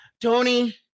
tony